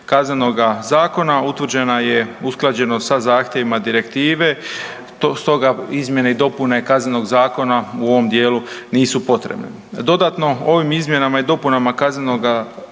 Kaznenoga zakona utvrđena je usklađenost sa zahtjevima Direktive, stoga izmjene i dopune Kaznenog zakona u ovoj dijelu nisu potrebne. Dodatno, ovim izmjenama i dopunama kaznenoga,